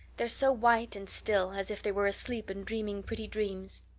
they're so white and still, as if they were asleep and dreaming pretty dreams.